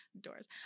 doors